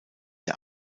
der